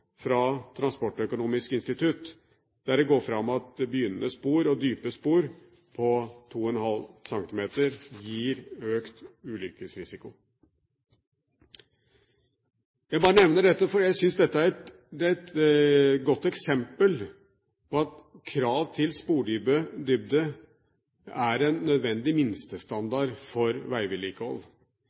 fra Transportøkonomisk institutt, der det går fram at begynnende spor og dype spor på 2,5 cm gir økt ulykkesrisiko. Jeg bare nevner dette fordi jeg synes det er et godt eksempel på at krav til spordybde er en nødvendig minstestandard for veivedlikehold.